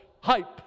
hype